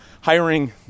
hiring